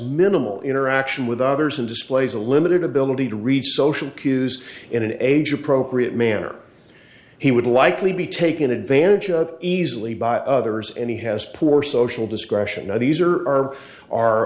minimal interaction with others and displays a limited ability to read social cues in an age appropriate manner he would likely be taken advantage of easily by others and he has poor social discretion of these or are